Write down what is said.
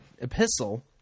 epistle